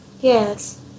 Yes